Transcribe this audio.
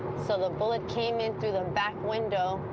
so, the bullet came in through the back window,